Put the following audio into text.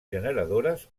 generadores